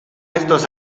estos